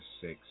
six